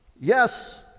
Yes